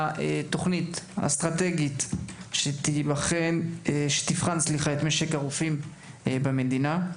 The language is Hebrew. תוכנית אסטרטגית שתבחן את משק הרופאים במדינה.